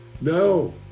No